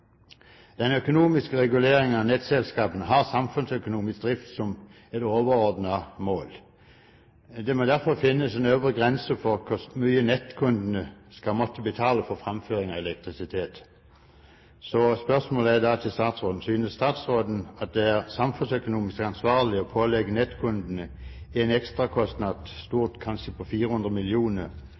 Den økonomiske reguleringen av nettselskapene har samfunnsøkonomisk drift som et overordnet mål. Det må derfor finnes en øvre grense for hvor mye nettkundene skal måtte betale for fremføring av elektrisitet. Spørsmålet til statsråden er da: Synes statsråden at det er samfunnsøkonomisk ansvarlig å pålegge nettkundene en ekstrakostnad, kanskje på 400